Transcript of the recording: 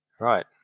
Right